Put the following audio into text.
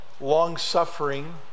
long-suffering